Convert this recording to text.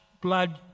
blood